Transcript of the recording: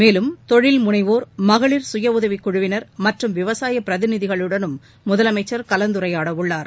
மேலும் தொழில் முனைவோர் மகளிர் சுயஉதவிக் குழுவினர் மற்றும் விவசாய பிரதிநிதிகளுடனும் முதலமைச்சர் கலந்துரையாடவுள்ளார்